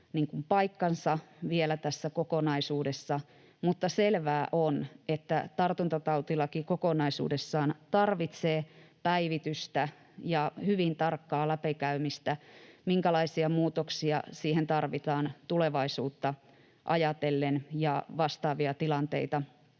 paikkansa vielä tässä kokonaisuudessa. Mutta selvää on, että tartuntatautilaki kokonaisuudessaan tarvitsee päivitystä ja sen hyvin tarkkaa läpikäymistä, minkälaisia muutoksia siihen tarvitaan tulevaisuutta ajatellen ja vastaavia tilanteita